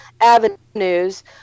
avenues